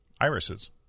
Irises